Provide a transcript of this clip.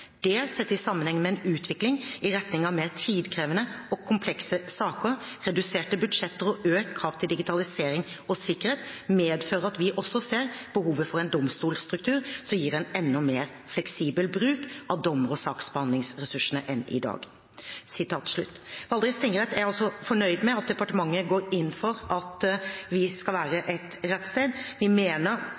Det sett i sammenheng med en utvikling i retning av mer tidkrevende og komplekse saker, reduserte budsjetter og økte krav til digitalisering og sikkerhet, medfører at vi også ser behov for en domstolstruktur som gir en enda mer fleksibel bruk av dommer- og saksbehandlingsressursene enn i dag. Valdres tingrett er fornøyd med at departementet går inn for at vi skal bestå som rettssted. Vi mener